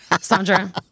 Sandra